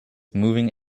moving